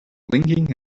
blinking